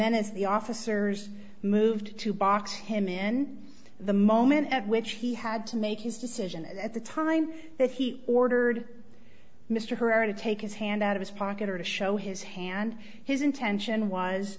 then as the officers moved to box him in the moment at which he had to make his decision at the time that he ordered mr herrera to take his hand out of his pocket or to show his hand his intention was